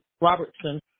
Robertson